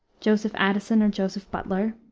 joseph addison or joseph butler,